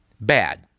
Bad